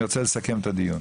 אני רוצה לסכם את הדיון.